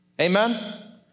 Amen